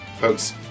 Folks